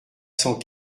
cent